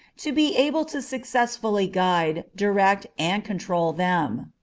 to be able to successfully guide, direct, and control them.